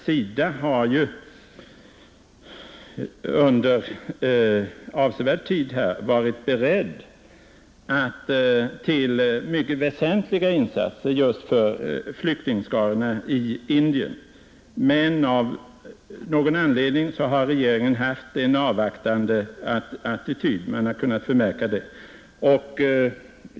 SIDA har ju under avsevärd tid varit berett till mycket väsentliga insatser just för flyktingskarorna i Indien, men man har kunnat förmärka att regeringen av någon anledning haft en avvaktande attityd.